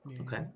okay